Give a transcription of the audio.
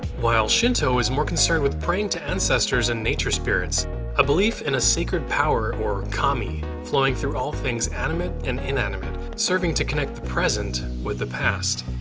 while shinto is more concerned with praying to ancestors and nature spirits a belief in a sacred power or kami flowing through all things animate and inanimate, serving to connect the present with the past.